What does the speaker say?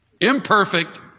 Imperfect